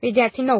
વિદ્યાર્થી 9